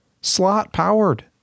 Slot-powered